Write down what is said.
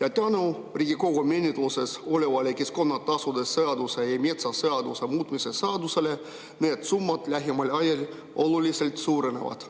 ja tänu Riigikogu menetluses olevale keskkonnatasude seaduse ja metsaseaduse muutmise seaduse eelnõule need summad lähimal ajal oluliselt suurenevad.